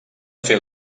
fer